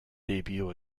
debut